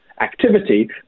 activity